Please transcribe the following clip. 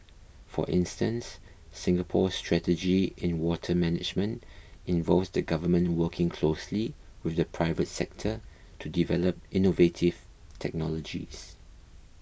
for instance Singapore's strategy in water management involves the Government working closely with the private sector to develop innovative technologies